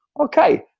Okay